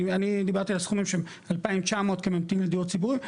אני דיברתי על הסכומים של 2,900 כממתין לדיור ציבורי,